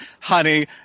Honey